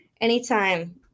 anytime